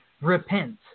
repent